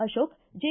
Ashok J